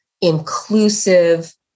inclusive